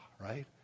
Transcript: right